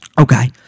Okay